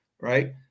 Right